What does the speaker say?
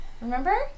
Remember